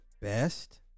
best